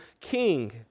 King